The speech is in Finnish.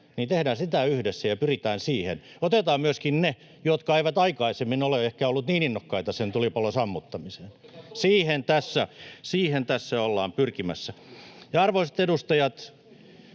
niin tehdään sitä yhdessä ja pyritään siihen. Otetaan myöskin ne, jotka eivät aikaisemmin ole ehkä olleet niin innokkaita sen tulipalon sammuttamiseen. [Timo Harakan välihuuto] Siihen tässä ollaan pyrkimässä. Ja, arvoisat edustajat,